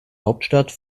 hauptstadt